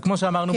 כמו שאמרנו,